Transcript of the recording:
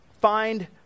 find